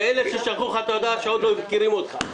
זה אלה ששלחו לך את ההודעה, שעוד לא מכירים אותך.